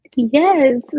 Yes